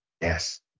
Yes